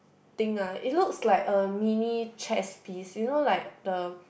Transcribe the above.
thing ah it looks like a mini chess piece you know like the